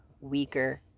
weaker